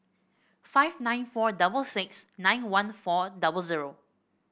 five nine four double six nine one four double zero